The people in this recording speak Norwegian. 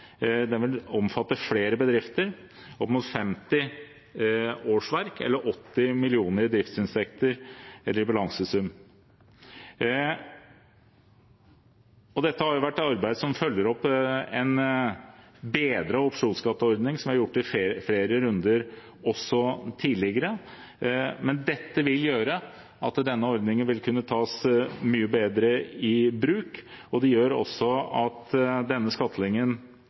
Den vil omfatte flere bedrifter – bedrifter som har opp mot 50 årsverk og 80 mill. kr i driftsinntekter og balansesum. Det har vært et arbeid som følger opp en bedret opsjonsskatteordning som vi har gjort i flere runder tidligere, men dette vil gjøre at ordningen vil kunne tas mye bedre i bruk. Det gjør også at